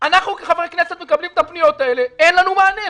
אנחנו כחברי כנסת מקבלים את הפניות האלה ואין לנו מענה,